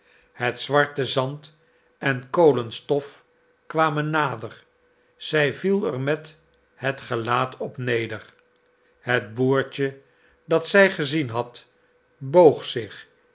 het zwarte zand en kolenstof kwamen nader zij viel er met het gelaat op neder het boertje dat zij gezien had boog zich